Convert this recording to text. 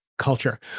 Culture